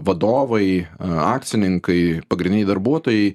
vadovai akcininkai pagrindiniai darbuotojai